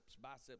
biceps